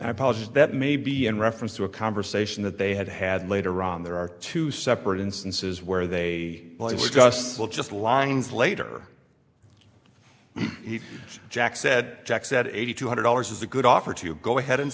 apologies that may be in reference to a conversation that they had had later on there are two separate instances where they were just well just lines later jack said jack said eighty two hundred dollars is a good offer to go ahead and